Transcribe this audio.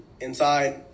inside